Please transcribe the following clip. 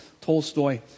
Tolstoy